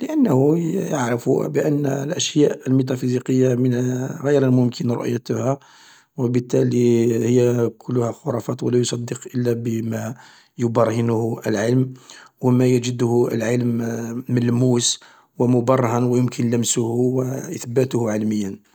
لأنه يعرف بأن الأشياء الميتافيزيقية من غير ممكن رؤيتها، و بالتالي هي كلها خرافات و لا يصدق الا بما يبرهنه العلم و ما يجده العلم ملموس و مبرهن و يمكن لمسه و إثباته علميا.